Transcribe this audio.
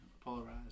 polarized